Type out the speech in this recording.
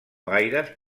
gaires